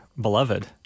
beloved